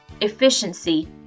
efficiency